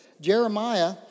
Jeremiah